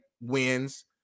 wins